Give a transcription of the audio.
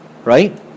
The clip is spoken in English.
right